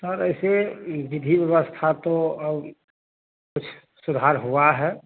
sir ऐसे विधि व्यवस्था तो अब कुछ सुधार हुआ है